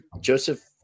Joseph